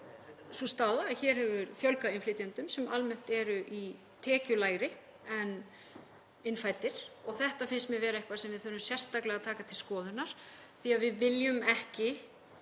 sú staða að hér hefur fjölgað innflytjendum sem almennt eru tekjulægri en innfæddir. Þetta finnst mér vera eitthvað sem við þurfum sérstaklega að taka til skoðunar því að við viljum